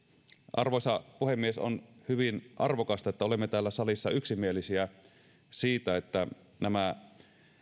arvoisa puhemies on hyvin arvokasta että olemme täällä salissa yksimielisiä siitä että nämä